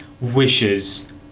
wishes